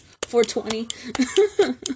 420